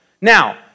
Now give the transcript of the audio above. Now